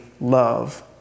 Love